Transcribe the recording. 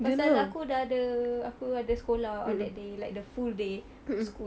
pasal aku dah ada aku ada sekolah on that day like the full day school